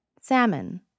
Salmon